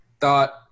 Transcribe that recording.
thought